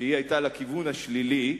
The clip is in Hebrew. שהיתה בכיוון השלילי,